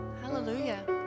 Hallelujah